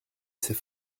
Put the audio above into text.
ses